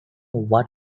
what